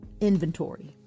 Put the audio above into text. inventory